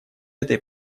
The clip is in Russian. этой